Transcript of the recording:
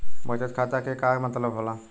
बचत खाता के का मतलब होला?